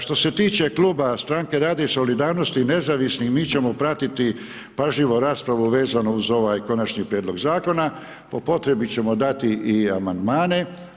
Što se tiče kluba Stranke rada i solidarnosti i Nezavisnih mi ćemo pratiti pažljivo raspravu vezano uz ovaj konačni prijedlog zakona, po potrebi ćemo dati i amandmane.